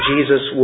Jesus